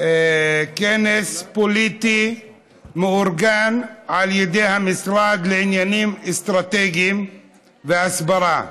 כנס פוליטי מאורגן על ידי המשרד לעניינים אסטרטגיים והסברה,